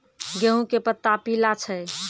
गेहूँ के पत्ता पीला छै?